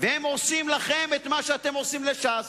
והם עושים לכם מה שאתם עושים לש"ס.